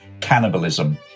cannibalism